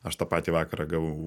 aš tą patį vakarą gavau